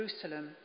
Jerusalem